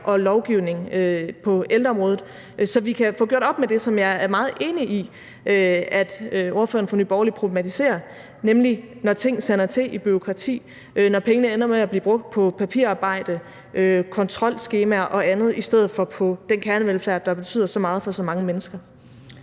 og lovgivning på ældreområdet, så vi kan få gjort op med det, som jeg er meget enig i at ordføreren for Nye Borgerlige problematiserer, nemlig når ting sander til i bureaukrati; når pengene ender med at blive brugt på papirarbejde, kontrolskemaer og andet i stedet for på den kernevelfærd, der betyder så meget for så mange mennesker.